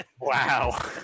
wow